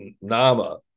Nama